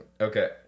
Okay